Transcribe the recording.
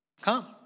come